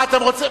מה אתה רוצה,